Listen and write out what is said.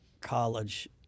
college